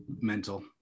mental